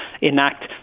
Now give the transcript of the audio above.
enact